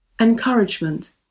encouragement